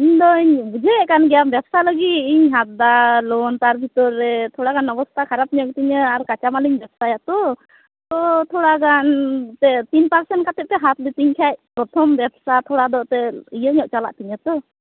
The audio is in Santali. ᱤᱧᱫᱚ ᱵᱩᱡᱷᱟᱹᱣ ᱮᱫ ᱠᱟᱱ ᱜᱮᱭᱟᱢ ᱵᱮᱵᱽᱥᱟ ᱞᱟᱹᱜᱤᱫ ᱤᱧ ᱦᱟᱛᱟᱣ ᱮᱫᱟ ᱞᱳᱱ ᱛᱟᱨ ᱵᱷᱤᱛᱚᱨ ᱨᱮ ᱛᱷᱚᱲᱟᱜᱟᱱ ᱚᱵᱚᱥᱛᱷᱟ ᱠᱷᱟᱨᱟᱯ ᱧᱚᱜ ᱜᱮᱛᱤᱧᱟ ᱠᱟᱸᱪᱟᱢᱟᱞ ᱤᱧ ᱵᱮᱵᱽᱥᱟᱭᱟᱛᱚ ᱛᱳ ᱛᱷᱚᱲᱟᱜᱟᱱ ᱛᱤᱱ ᱯᱟᱨᱥᱮᱱᱴ ᱠᱟᱛᱮᱫ ᱯᱮ ᱦᱟᱛᱟᱣ ᱞᱮᱛᱤᱧ ᱠᱷᱟᱱ ᱯᱨᱚᱛᱷᱚᱢ ᱵᱮᱵᱽᱥᱟ ᱛᱷᱚᱲᱟ ᱫᱚ ᱮᱱᱛᱮᱫ ᱤᱭᱟᱹ ᱧᱚᱜ ᱪᱟᱞᱟᱜ ᱛᱤᱧᱟᱹ ᱛᱚ